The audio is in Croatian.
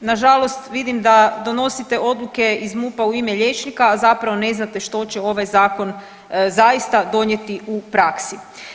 Na žalost vidim da donosite odluke iz MUP-a u ime liječnika, a zapravo ne znate što će ovaj zakon zaista donijeti u praksi.